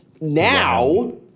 Now –